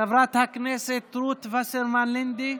חברת הכנסת רות וסרמן לנדה,